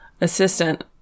assistant